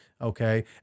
okay